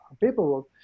paperwork